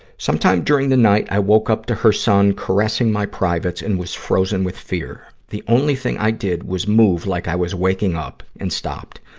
sometime during the night, i woke up to her son caressing my privates and was frozen with fear. the only thing i did was move like i was waking up and stopped.